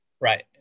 Right